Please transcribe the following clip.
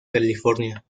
california